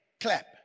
clap